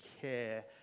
care